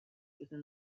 within